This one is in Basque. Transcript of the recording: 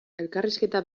elkarrizketa